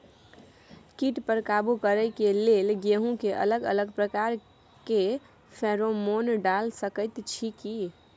कीट पर काबू करे के लेल गेहूं के अलग अलग प्रकार के फेरोमोन डाल सकेत छी की?